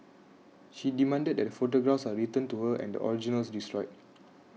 she demanded that the photographs are returned to her and the originals destroyed